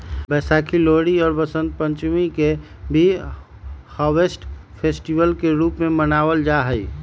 वैशाखी, लोहरी और वसंत पंचमी के भी हार्वेस्ट फेस्टिवल के रूप में मनावल जाहई